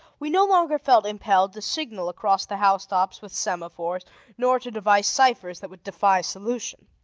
we no longer felt impelled to signal across the house-tops with semaphores nor to devise ciphers that would defy solution.